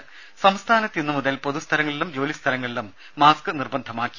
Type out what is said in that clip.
ദേദ സംസ്ഥാനത്ത് ഇന്ന് മുതൽ പൊതുസ്ഥലങ്ങളിലും ജോലിസ്ഥലങ്ങളിലും മാസ്ക് നിർബന്ധമാക്കി